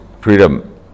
freedom